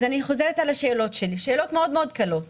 אז אני חוזרת על השאלות שלי, מאוד פשוטות: